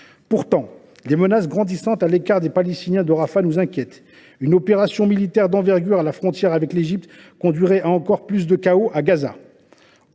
occupée. Les menaces grandissantes à l’écart des Palestiniens de Rafah nous inquiètent. Une opération militaire d’envergure à la frontière avec l’Égypte conduirait à encore plus de chaos à Gaza.